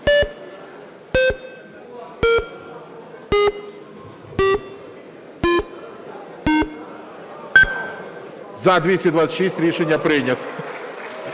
За-221 Рішення прийнято.